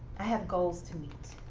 i have goals to meet.